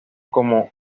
como